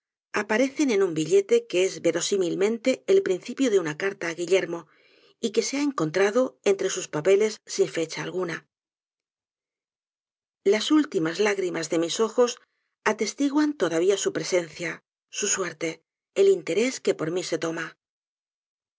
aparecen en un billete que es verosímilmente el principio de una carta á guillermo y que se ha encontrado entre sus papeles sin fecha alguna las últimas lágrimas de mis ojos atestiguan todavía su presencia su suerte el ínteres que por mi se toma